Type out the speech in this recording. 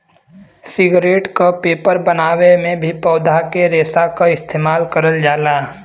cigarette क paper बनावे में भी पौधा के रेशा क इस्तेमाल करल जाला